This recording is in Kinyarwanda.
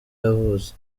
yavutse